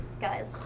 guys